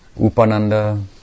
Upananda